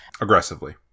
Aggressively